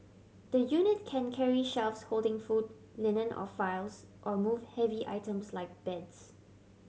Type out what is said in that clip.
the unit can carry shelves holding food linen or files or move heavy items like beds